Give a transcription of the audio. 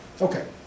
Okay